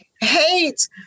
hate